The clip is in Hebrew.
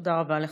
תודה רבה לך.